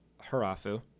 Harafu